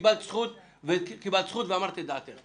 קיבלת זכות ואמרת את דעתך.